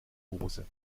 hose